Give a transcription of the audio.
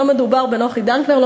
לא מדובר בנוחי דנקנר,